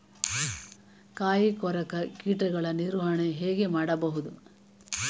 ಕಾಯಿ ಕೊರಕ ಕೀಟಗಳ ನಿರ್ವಹಣೆ ಹೇಗೆ ಮಾಡಬಹುದು?